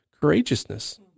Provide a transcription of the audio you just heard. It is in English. courageousness